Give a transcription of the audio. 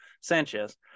Sanchez